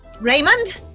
Raymond